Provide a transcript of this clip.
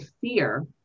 fear